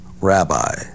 Rabbi